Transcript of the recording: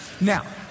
Now